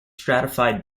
stratified